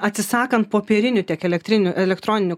atsisakant popierinių tiek elektrinių elektroninių